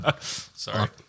Sorry